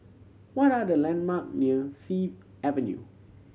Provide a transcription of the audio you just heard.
what are the landmark near Sea Avenue